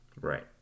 Right